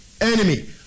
enemy